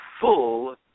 full